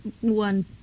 one